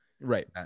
Right